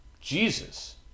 Jesus